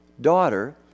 daughter